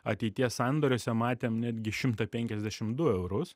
ateities sandoriuose matėm netgi šimtą pekiasdešim du eurus